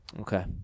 Okay